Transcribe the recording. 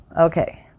okay